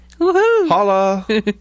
Holla